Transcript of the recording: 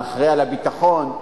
האחראי לביטחון?